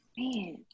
Man